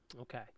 Okay